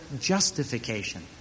justification